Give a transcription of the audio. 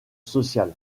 social